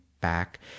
back